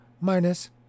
Minus